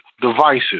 divisive